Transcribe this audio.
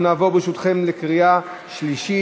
אנחנו נעבור, ברשותכם, לקריאה שלישית.